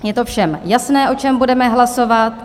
Je to všem jasné, o čem budeme hlasovat?